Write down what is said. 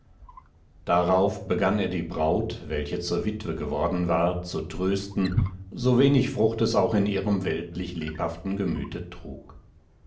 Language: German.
darauf begann er die braut welche zur witwe worden war zu trösten sowenig frucht es auch in ihrem weltlich lebhaften gemüte trug